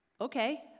okay